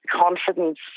confidence